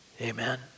Amen